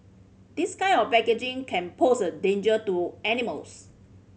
this kind of packaging can pose a danger to animals